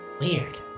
Weird